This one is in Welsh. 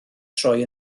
troi